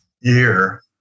year